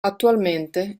attualmente